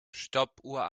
stoppuhr